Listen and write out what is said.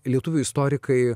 lietuvių istorikai